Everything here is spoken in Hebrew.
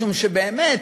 משום שבאמת,